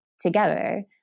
together